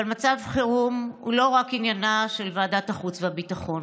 אבל מצב חירום הוא לא רק עניינה של ועדת החוץ והביטחון.